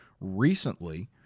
recently